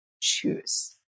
choose